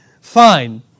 Fine